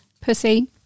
Pussy